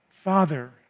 Father